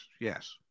yes